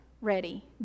ready